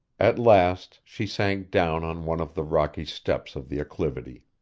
at last, she sank down on one of the rocky steps of the acclivity.